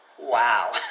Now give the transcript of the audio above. Wow